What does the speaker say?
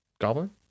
Goblin